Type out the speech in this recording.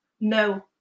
No